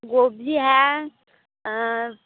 गोभी है